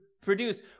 produce